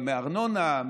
גם מארנונה,